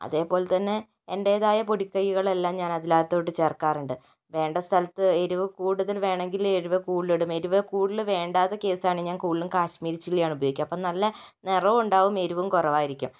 അതേപോലെ തന്നെ എന്റേതായ പൊടിക്കൈകളെല്ലാം തന്നെ ഞാൻ അതിനകത്തോട്ടു ചേർക്കാറുണ്ട് വേണ്ട സ്ഥലത്ത് എരിവ് കൂടുതൽ വേണെങ്കിൽ എരിവ് കൂടുതൽ ഇടും എരിവ് കൂടുതൽ വേണ്ടാത്ത കേസ് ആണ് ഞാൻ കൂടുതലും കാശ്മീരി ചില്ലി ആണ് ഉപയോഗിക്കുക അപ്പോൾ നല്ല നിറവും ഉണ്ടാവും എരിവും കുറവായിരിക്കും